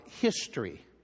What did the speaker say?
history